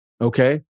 Okay